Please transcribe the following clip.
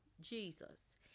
Jesus